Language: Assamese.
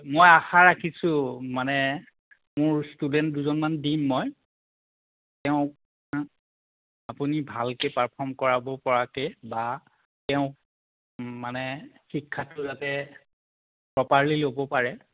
মই আশা ৰাখিছোঁ মানে মোৰ ষ্টুডেণ্ট দুজনমান দিম মই তেওঁক আপুনি ভালকৈ পাৰফৰ্ম কৰাব পৰাকৈ বা তেওঁক মানে শিক্ষাটো যাতে প্ৰপাৰ্লী ল'ব পাৰে